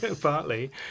Partly